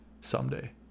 someday